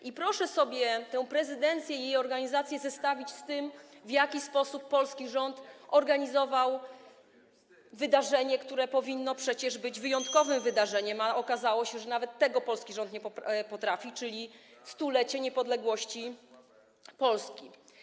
I proszę sobie tę prezydencję i jej organizację zestawić z tym, w jaki sposób polski rząd organizował wydarzenie, które powinno przecież być wyjątkowym wydarzeniem, [[Gwar na sali, dzwonek]] a okazało się, że nawet tego polski rząd nie potrafi, czyli 100-lecie niepodległości Polski.